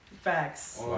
Facts